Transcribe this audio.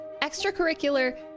extracurricular